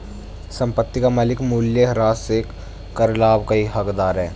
संपत्ति का मालिक मूल्यह्रास से कर लाभ का हकदार है